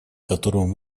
которым